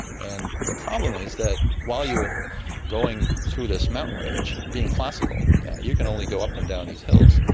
and the problem is that while you are going through this mountain range, being classical you can only go up and down these hills,